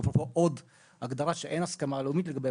אפרופו עוד הגדרה שאין הסכמה לאומית לגביה